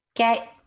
Okay